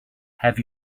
have